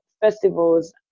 festivals